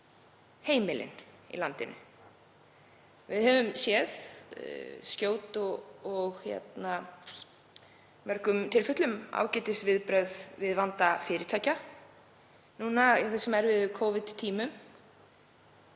heimilin í landinu. Við höfum séð skjót og í mörgum tilfellum ágætisviðbrögð við vanda fyrirtækja núna á þessum erfiðu Covid-tímum